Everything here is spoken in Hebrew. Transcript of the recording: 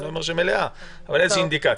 אני לא אומר שמלאה אבל איזו אינדיקציה.